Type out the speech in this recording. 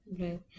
Right